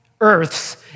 Earths